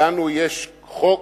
לנו יש חוק,